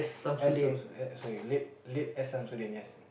S-Sam~ sorry late late S Shamsuddin yes